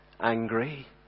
angry